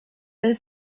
their